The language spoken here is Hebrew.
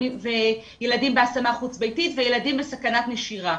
לילדים בהשמה חוץ ביתית וילדים בסכנת נשירה.